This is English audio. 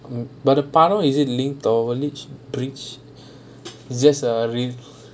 but the part one is it link or leech leech is is just a lift